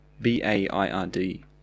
B-A-I-R-D